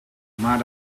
maar